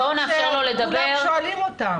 אלו שאלות שכולם שואלים אותן.